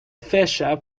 fisher